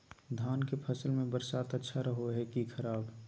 धान के फसल में बरसात अच्छा रहो है कि खराब?